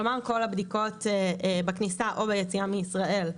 כלומר כל הבדיקות בכניסה או ביציאה מישראל בוטלו.